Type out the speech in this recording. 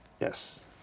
Yes